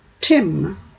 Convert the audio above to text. Tim